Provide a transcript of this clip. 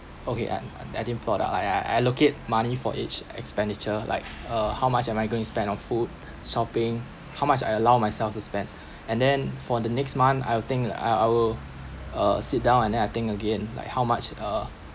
okay I I I didn't plot out I I I allocate money for each expenditure like uh how much am I going spend on food shopping how much I allow myself to spend and then for the next month I will think I I will uh sit down and then I think again like how much ah